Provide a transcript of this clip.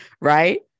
right